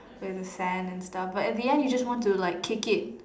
with the sand and stuff but in the end you just want to kick it